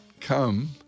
come